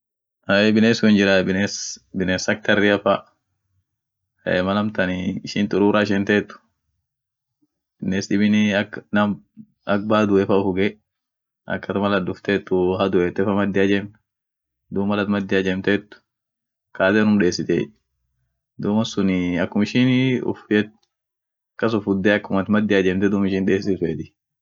ahey binesun hinjiray bines biness ak harrea fa mal amtanii ishin turura ishinteet bines dibini aknam ak badue fa uf uge ak at mal at duftetuu haduete fa madia ijemt duum mal at madia ijemtet kaate unum desitiey, duum won sunii akum ishinii uf keet akas ufudde akum at madia ijemte duum ishin desit feeti.